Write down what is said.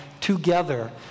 together